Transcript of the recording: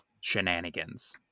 shenanigans